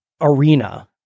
arena